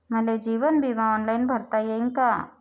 मले जीवन बिमा ऑनलाईन भरता येईन का?